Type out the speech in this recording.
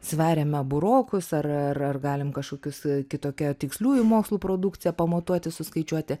sveriame burokus ar ar ar galim kažkokius kitokia tiksliųjų mokslų produkcija pamatuoti suskaičiuoti